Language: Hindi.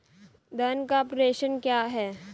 धन का प्रेषण क्या है?